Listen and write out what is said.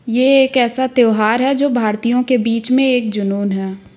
ये एक ऐसा त्योहार है जो भारतीयों के बीच में एक जुनून है